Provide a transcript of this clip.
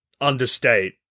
understate